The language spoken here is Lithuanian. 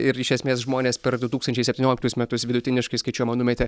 ir iš esmės žmonės per du tūkstančiai septynioliktus metus vidutiniškai skaičiuojama numetė